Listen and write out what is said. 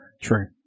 True